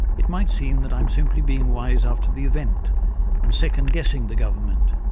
it might seem that i'm simply being wise after the event and second guessing the government,